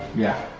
yeah.